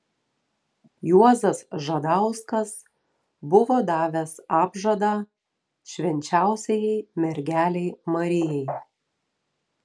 juozas žadauskas buvo davęs apžadą švenčiausiajai mergelei marijai